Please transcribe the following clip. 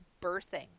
birthing